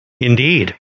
Indeed